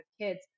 kids